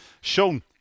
Sean